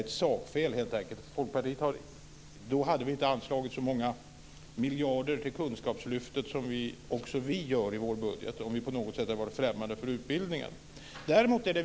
Det är ett sakfel helt enkelt. Då hade vi inte anslagit så många miljarder till Kunskapslyftet som också vi gör i vår budget, om vi på något sätt hade varit främmande för utbildningen.